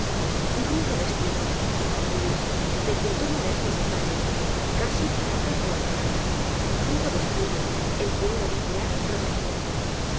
rudo destino dijo willis de quien tomo estos detalles casi palabra por palabra rudo destino el que ella vigilaba y protegía